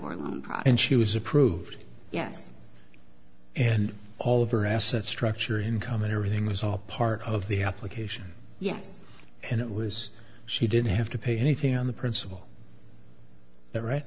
process and she was approved yes and all of her assets structure income and everything was all part of the application yes and it was she didn't have to pay anything on the principle that